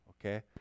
Okay